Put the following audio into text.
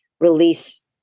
release